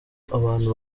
abantu